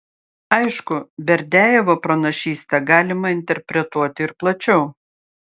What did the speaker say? aišku berdiajevo pranašystę galima interpretuoti ir plačiau